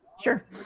sure